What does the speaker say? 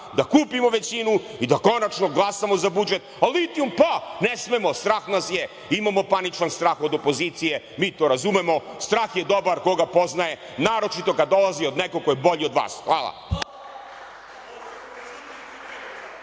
da kupimo većinu i da konačno glasamo za budžet, a litijum, pa ne smemo, strah nas je, imamo paničan strah od opozicije i mi to razumemo jer strah je dobar, koga poznaje, naročito kada dolazi od nekoga ko je bolji od vas. Hvala.